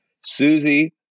Susie